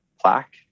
plaque